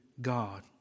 God